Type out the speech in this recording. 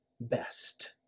best